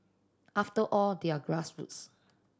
after all they are grassroots